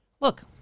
Look